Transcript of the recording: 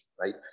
right